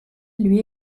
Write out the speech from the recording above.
lui